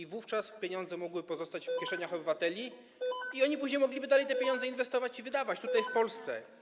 A wówczas pieniądze mogłyby pozostać w kieszeniach obywateli i oni później mogliby je dalej inwestować i wydawać tutaj, w Polsce.